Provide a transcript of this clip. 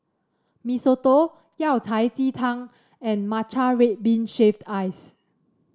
Mee Soto Yao Cai Ji Tang and Matcha Red Bean Shaved Ice